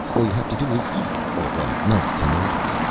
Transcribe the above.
all you have to do is eat all them nice tamadas.